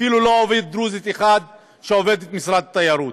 אפילו לא עובדת דרוזית אחת במשרד התיירות.